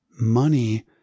Money